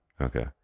Okay